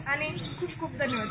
आणि खुप खुप धन्यवाद